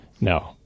no